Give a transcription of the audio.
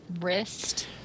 wrist